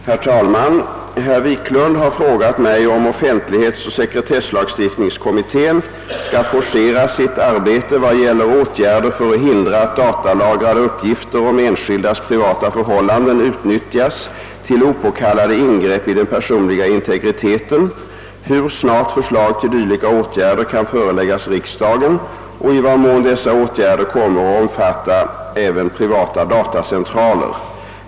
Herr talman! Herr Wiklund har frågat mig, om offentlighetsoch sekretesslagstiftningskommittén skall forcera sitt arbete vad gäller åtgärder för att hindra att datalagrade uppgifter om enskildas privata förhållanden utnyttjas till opåkallade ingrepp i den personliga integriteten, hur snart förslag till dylika åtgärder kan föreläggas riksdagen och i vad mån dessa åtgärder kommer att omfatta även privata datacentraler.